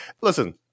listen